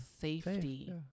safety